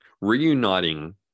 reuniting